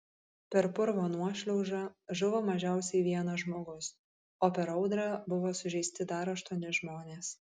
per purvo nuošliaužą žuvo mažiausiai vienas žmogus o per audrą buvo sužeisti dar aštuoni žmonės